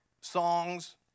songs